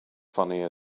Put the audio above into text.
funny